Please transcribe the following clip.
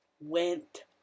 went